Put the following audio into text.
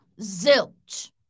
zilch